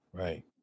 Right